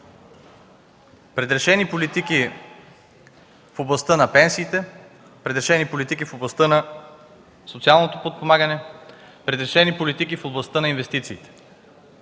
Предрешени политики в областта на пенсиите, предрешени политики в областта на социалното подпомагане, предрешени политики в областта на инвестициите.